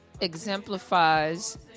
exemplifies